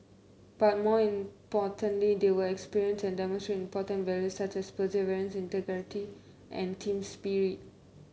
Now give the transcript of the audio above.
but more importantly they will experience and demonstrate important values such as perseverance integrity and team spirit